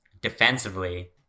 defensively